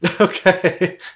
Okay